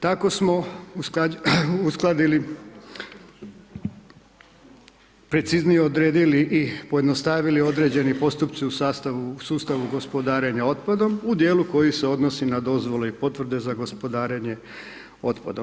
Tako smo uskladili, preciznije odredili i pojednostavili određeni postupci u sustavu gospodarenja otpadom u dijelu koji se odnosi na dozvole i potvrde za gospodarenje otpadom.